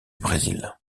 brésil